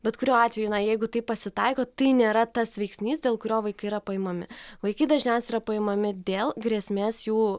bet kuriuo atveju na jeigu tai pasitaiko tai nėra tas veiksnys dėl kurio vaikai yra paimami vaikai dažniausiai yra paimami dėl grėsmės jų